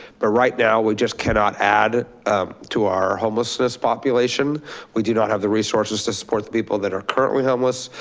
but right now, we just cannot add to our homelessness population we do not have the resources to support the people that are currently homeless.